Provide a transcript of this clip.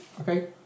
Okay